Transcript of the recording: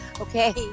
okay